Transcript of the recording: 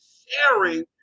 sharing